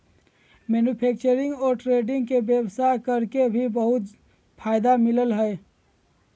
manufacturing और trading के व्यवसाय कर के भी बहुत फायदा मिलय हइ